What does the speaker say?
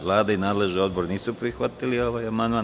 Vlada i nadležni odbor nisu prihvatili amandman.